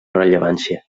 rellevància